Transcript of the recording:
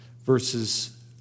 verses